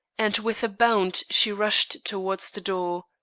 and with a bound she rushed toward the door.